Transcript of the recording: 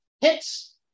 hits